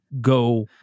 go